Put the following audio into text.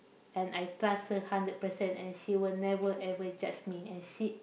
and I trust her hundred percent and she will never ever judge me and she